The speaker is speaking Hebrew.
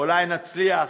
אולי נצליח